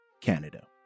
Canada